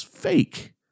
fake